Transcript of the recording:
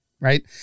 Right